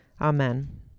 amen